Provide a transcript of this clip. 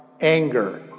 anger